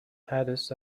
addis